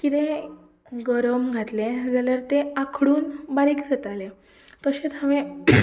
कितें गरम घातलें जाल्यार तें आकडून बारीक जातालें तशेंच हांवें